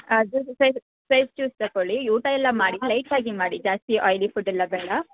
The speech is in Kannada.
ಅದು ಸೈಡ್ ಜ್ಯೂಸ್ ತಗೊಳ್ಳಿ ಊಟ ಎಲ್ಲ ಮಾಡಿ ಲೈಟ್ ಆಗಿ ಮಾಡಿ ಜಾಸ್ತಿ ಆಯಿಲಿ ಫುಡ್ ಎಲ್ಲ ಬೇಡ